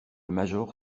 major